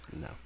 No